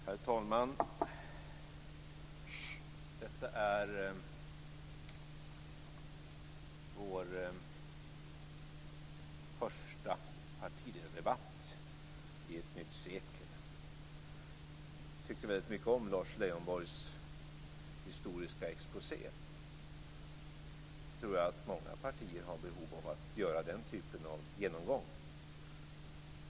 Herr talman! Detta är vår första partiledardebatt i ett nytt sekel. Jag tyckte väldigt mycket om Lars Leijonborgs historiska exposé. Jag tror att många partier har behov av att göra den typen av genomgång.